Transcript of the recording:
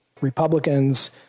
Republicans